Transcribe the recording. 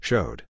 Showed